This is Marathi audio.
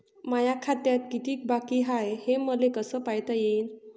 माया खात्यात कितीक बाकी हाय, हे मले कस पायता येईन?